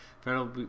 Federal